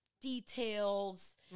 details